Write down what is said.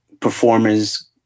Performers